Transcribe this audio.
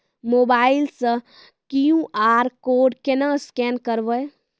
Mobile से QR code केना scan करबै?